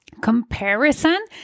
comparison